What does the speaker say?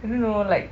I don't know like